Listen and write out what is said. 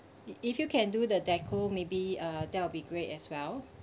if you can do the deco maybe uh that will be great as well